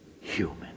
human